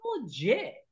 legit